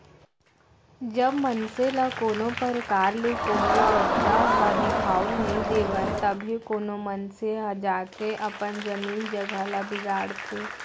जब मनसे ल कोनो परकार ले कोनो रद्दा ह दिखाउल नइ देवय तभे कोनो मनसे ह जाके अपन जमीन जघा ल बिगाड़थे